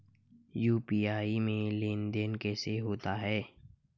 UPI में लेनदेन कैसे होता है?